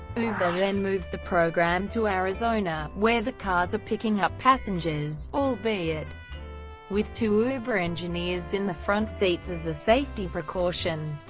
uber then moved the program to arizona, where the cars are picking up passengers, albeit with two uber engineers in the front seats as a safety precaution.